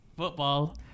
Football